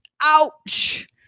ouch